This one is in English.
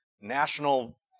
national